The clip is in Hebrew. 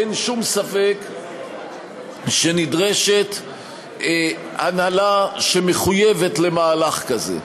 אין שום ספק שנדרשת הנהלה שמחויבת למהלך כזה.